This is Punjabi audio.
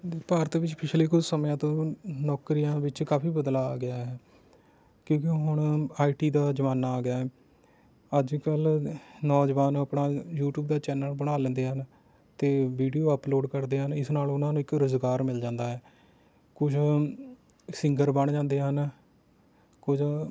ਭਾਰਤ ਵਿਚ ਪਿਛਲੇ ਕੁਝ ਸਮਿਆਂ ਤੋਂ ਨੌਕਰੀਆਂ ਵਿੱਚ ਕਾਫ਼ੀ ਬਦਲਾਵ ਆ ਗਿਆ ਹੈ ਕਿਉਂਕਿ ਹੁਣ ਆਈ ਟੀ ਦਾ ਜ਼ਮਾਨਾ ਆ ਗਿਆ ਹੈ ਅੱਜ ਕੱਲ੍ਹ ਨੌਜਵਾਨ ਆਪਣਾ ਯੂਟੀਊਬ ਦਾ ਚੈਨਲ ਬਣਾ ਲੈਂਦੇ ਹਨ ਅਤੇ ਵੀਡਿਓ ਅਪਲੋਡ ਕਰਦੇ ਹਨ ਇਸ ਨਾਲ ਉਹਨਾਂ ਨੂੰ ਇੱਕ ਰੁਜ਼ਗਾਰ ਮਿਲ ਜਾਂਦਾ ਹੈ ਕੁਝ ਸਿੰਗਰ ਬਣ ਜਾਂਦੇ ਹਨ ਕੁਝ